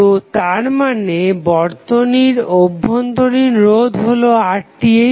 তো তার মানে বর্তনীর অভ্যন্তরীণ রোধ হলো RTh